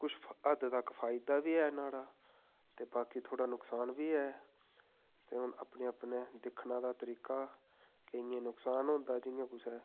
कुछ हद्द तक फायदा बी ऐ न्हाड़ा ते बाकी थोह्ड़ा नुकसान बी ऐ ते हून अपने अपने दिक्खना दा तरीका केइयें गी नुकसान होंदा जियां कुसै